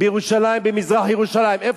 בירושלים, במזרח-ירושלים.